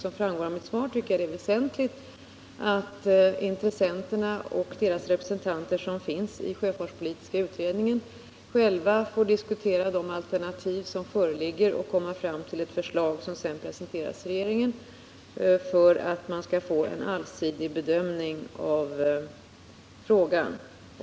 Men som framgår av mitt svar tycker jag det är väsentligt att intressenterna och deras representanter i sjöfartspolitiska utredningen själva får diskutera de alternativ som föreligger och komma fram till ett förslag, vilket sedan presenteras för regeringen, så att man får en allsidig bedömning av frågan.